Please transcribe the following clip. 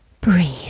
Breathe